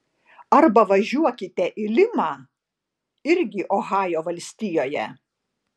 arba važiuokite į limą irgi ohajo valstijoje